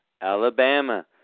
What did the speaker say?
Alabama